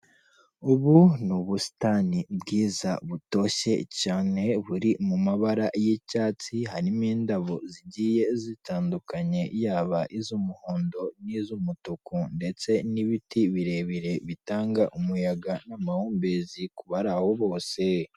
Ubu ni ubusitani bwiza butoshye cyane buri mu mabara y'icyatsi, harimo indabo zigiye zitandukanye yaba iz'umuhondo n'iz'umutuku ndetse n'ibiti birebire bitanga umuyaga n'amahumbezi kubari aho bose.